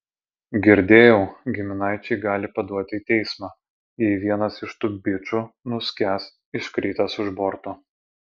girdėjau giminaičiai gali paduoti į teismą jei vienas iš tų bičų nuskęs iškritęs už borto